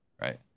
right